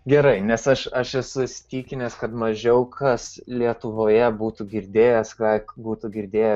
gerai nes aš aš esu įsitikinęs kad mažiau kas lietuvoje būtų girdėjęs ką būtų girdėję